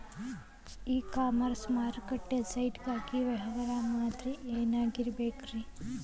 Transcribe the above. E commerce ಮಾರುಕಟ್ಟೆ site ಗಾಗಿ ವ್ಯವಹಾರ ಮಾದರಿ ಏನಾಗಿರಬೇಕ್ರಿ?